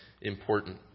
important